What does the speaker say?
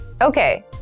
Okay